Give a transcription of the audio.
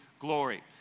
glory